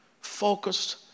focused